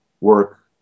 work